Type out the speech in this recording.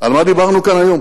על מה דיברנו כאן היום,